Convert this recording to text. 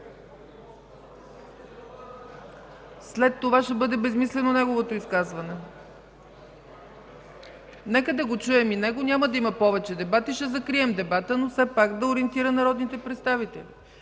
След това ще бъде безсмислено неговото изказване. Нека да го чуем и него, няма да има повече дебати и ще закрием дебата, но все пак да ориентира народните представители.